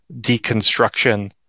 deconstruction